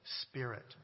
spirit